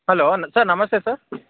hello sir namaste sir